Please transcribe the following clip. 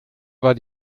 war